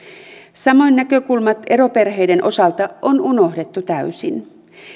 samoin näkökulmat eroperheiden osalta on unohdettu täysin